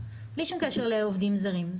בלי שום קשר לעובדים זרים,